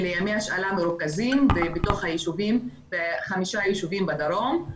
לימי השאלה מרוכזים בחמישה יישובים בדרום.